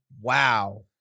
wow